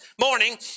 morning